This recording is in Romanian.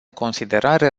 considerare